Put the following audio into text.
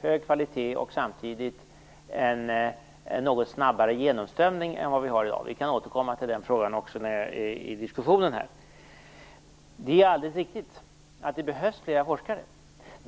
hög kvalitet och samtidigt en något snabbare genomströmning än vi har i dag. Vi kan återkomma till den frågan också i den här diskussionen. Det är alldeles riktigt att det behövs fler forskare.